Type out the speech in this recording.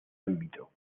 ámbito